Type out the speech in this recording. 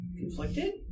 conflicted